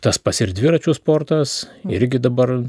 tas pats ir dviračių sportas irgi dabar